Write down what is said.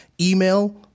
email